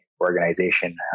organization